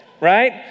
right